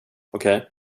okej